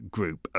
Group